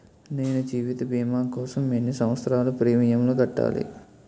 నేను జీవిత భీమా కోసం ఎన్ని సంవత్సారాలు ప్రీమియంలు కట్టాలి?